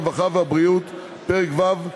הרווחה והבריאות: פרק ו',